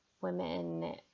women